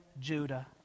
Judah